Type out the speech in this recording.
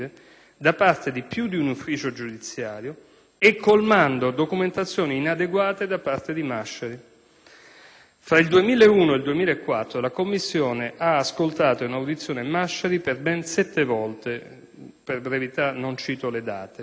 da parte di più di un ufficio giudiziario e colmando documentazioni inadeguate da parte di Masciari. Fra il 2001 e il 2004 la commissione ha ascoltato in audizione Masciari per ben sette volte (per brevità evito di citare le date).